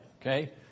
Okay